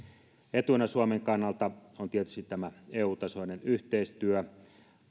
etuna suomen kannalta on tietysti tämä eu tasoinen yhteistyö